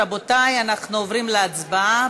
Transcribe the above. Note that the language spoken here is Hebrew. רבותי, אנחנו עוברים להצבעה.